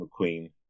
McQueen